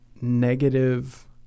negative